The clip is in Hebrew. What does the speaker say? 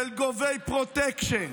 של גובי פרוטקשן,